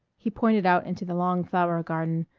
he pointed out into the long flower-garden,